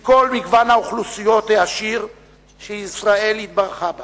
מכל מגוון האוכלוסיות העשיר שישראל התברכה בהן,